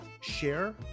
Share